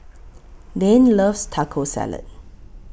Dane loves Taco Salad